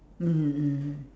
mmhmm mmhmm